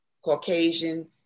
Caucasian